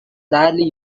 rarely